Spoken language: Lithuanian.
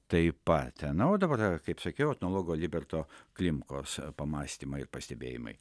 taip pat na o dabar kaip sakiau etnologo liberto klimkos pamąstymai ir pastebėjimai